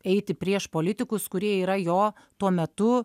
eiti prieš politikus kurie yra jo tuo metu